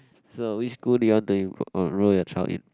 so which school do you want to enrol your child in